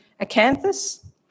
Acanthus